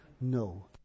No